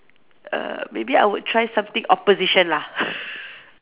err maybe I would try something opposition lah